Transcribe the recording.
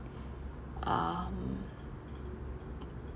um